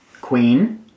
Queen